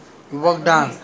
then you walk down